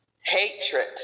hatred